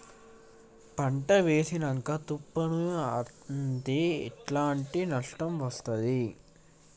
పంట వేసినంక తుఫాను అత్తే ఎట్లాంటి నష్టం జరుగుద్ది?